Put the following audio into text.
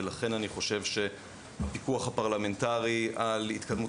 ולכן אני חושב שהפיקוח הפרלמנטרי על התקדמות